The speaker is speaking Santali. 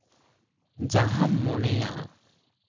ᱡᱟᱦᱟᱸᱢ ᱢᱚᱱᱮᱭᱟ